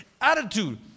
Attitude